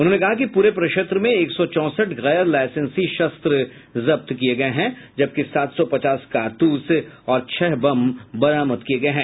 उन्होंने कहा कि पूरे प्रक्षेत्र में एक सौ चौंसठ गैरलाइसेंसी शस्त्र जब्त किए गये हैं जबकि सात सौ पचास कारतूस और छह बम बरामद किए गए हैं